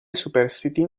superstiti